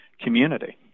community